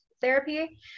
therapy